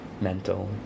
Mental